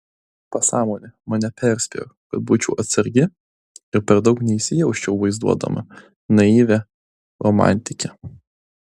pasąmonė mane perspėjo kad būčiau atsargi ir per daug neįsijausčiau vaizduodama naivią romantikę